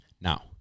now